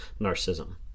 narcissism